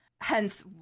Hence